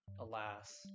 alas